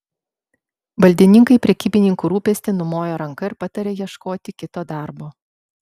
valdininkai į prekybininkų rūpestį numoja ranka ir pataria ieškoti kito darbo